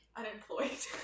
unemployed